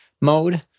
mode